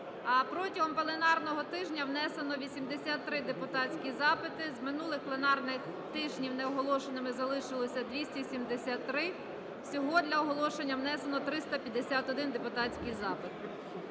Протягом пленарного тижня внесено 83 депутатські запити. З минулих пленарних тижнів неоголошеними залишилось 273. Всього для оголошення внесено 351 депутатський запит.